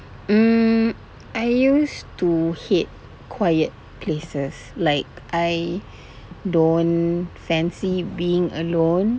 mm I used to hate quiet places like I don't fancy being alone